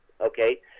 okay